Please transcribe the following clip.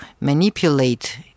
manipulate